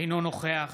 אינו נוכח